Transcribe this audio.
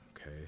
okay